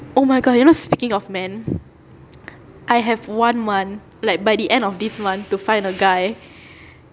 oh my god you know speaking of men I have one month like by the end of this month to find a guy